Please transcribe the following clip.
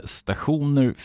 stationer